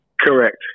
Correct